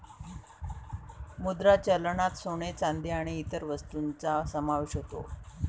मुद्रा चलनात सोने, चांदी आणि इतर वस्तूंचा समावेश होतो